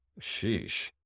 Sheesh